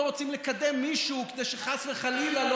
לא רוצים לקדם מישהו כדי שחס וחלילה לא